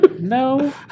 no